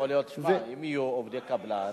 יכול להיות, שמע, אם יהיו עובדי קבלן,